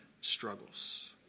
struggles